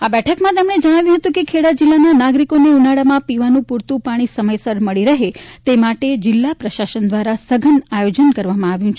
આ બેઠકમાં તેમણે જણાવ્યું હતું કે ખેડા જિલ્લાના નાગરિકોને ઉનાળામાં પીવાનું પૂરતુ પાણી સમયસર મળી રહે તે માટે જિલ્લા પ્રશાસન દ્વારા સઘન આયોજન કરવામાં આવ્યું છે